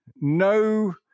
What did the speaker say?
no